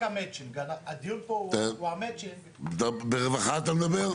הדיון פה הוא המצ'ינג --- ברווחה אתה מדבר?